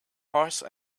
horse